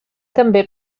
també